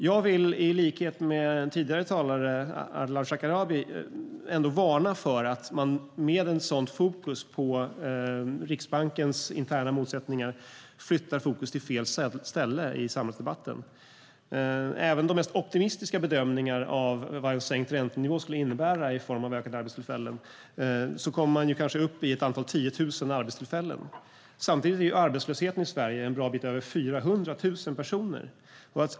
Jag vill i likhet med Ardalan Shekarabi varna för att man med ett sådant synsätt på Riksbankens interna motsättningar flyttar fokus till fel ställe i samhällsdebatten. Med de mest optimistiska bedömningarna av vad en sänkt räntenivå skulle innebära i form av ökade arbetstillfällen kommer man kanske upp i ett antal tiotusen arbetstillfällen. Samtidigt är arbetslösheten i Sverige en bra bit över 400 000 personer.